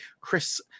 Chris